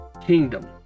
Kingdom